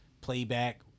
playback